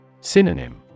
Synonym